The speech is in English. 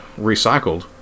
recycled